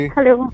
Hello